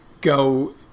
go